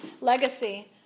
legacy